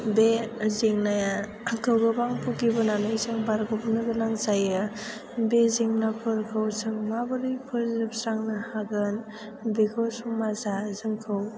बे जेंनाया आंखौ गोबां भुगिबोनानै जों बारग'बोनो गोनां जायो बे जेंनाफोरखौ जों माबोरै फोजोबस्रांनो हागोन बेखौ समाजा जोंखौ